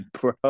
bro